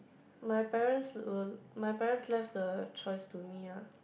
my parents will my parents left the choice to me ah